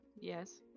Yes